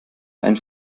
ein